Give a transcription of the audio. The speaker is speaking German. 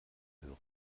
hören